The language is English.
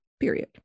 period